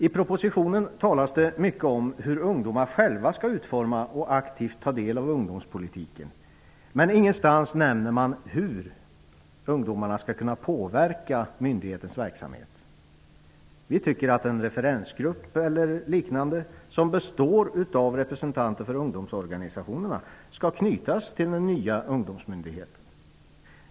I propositionen talas det mycket om hur ungdomar själva skall utforma och aktivt ta del av ungdomspolitiken, men ingenstans nämner man hur ungdomar skall kunna påverka myndighetens verksamhet. Vi tycker att en referensgrupp eller liknande, som består av representanter för ungdomsorganisationerna, skall knytas till den nya ungdomsmyndigheten.